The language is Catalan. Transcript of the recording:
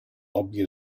obvi